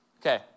Okay